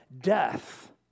death